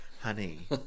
Honey